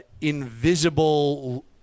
invisible